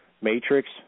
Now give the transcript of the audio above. Matrix